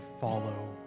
follow